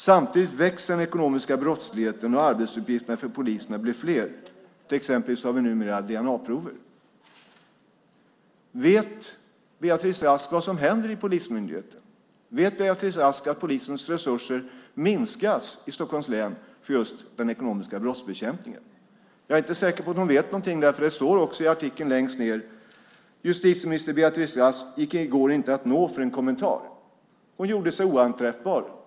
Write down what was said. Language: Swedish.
Samtidigt växer den ekonomiska brottsligheten och arbetsuppgifterna för poliserna blir fler, till exempel att vi nu tar DNA-prover." Vet Beatrice Ask vad som händer i polismyndigheten? Vet Beatrice Ask att polisens resurser minskas i Stockholms län för just den ekonomiska brottsbekämpningen? Jag är inte säker på att hon vet någonting eftersom det längst ned i artikeln också står: "Justitieminister Beatrice Ask gick i går inte att nå för en kommentar." Hon gjorde sig oanträffbar.